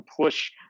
push